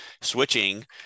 switching